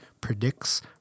predicts